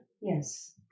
Yes